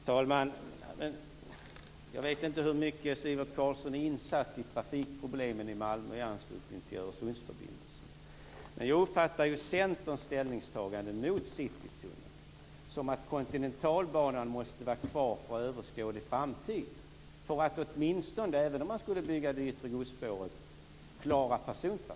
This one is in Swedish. Herr talman! Jag vet inte hur insatt Sivert Carlsson är i Malmös trafikproblem i anslutning till Öresundsförbindelsen. Jag uppfattar Centerns ställningstagande mot Citytunneln som att Kontinentalbanan för överskådlig framtid måste vara kvar, även om det yttre godsspåret, för att just klara persontrafiken.